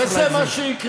זה הצדק וזה מה שיקרה.